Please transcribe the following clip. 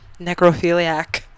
Necrophiliac